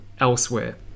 elsewhere